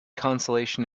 consolation